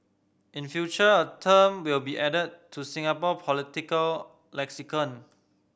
in future a term will be added to Singapore political lexicon